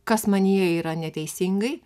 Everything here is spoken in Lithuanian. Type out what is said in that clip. kas manyje yra neteisingai